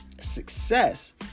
success